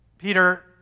Peter